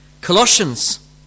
Colossians